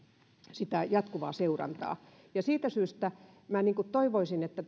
sitä jatkuvaa seurantaa ja siitä syystä minä toivoisin että